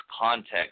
context